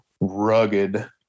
Rugged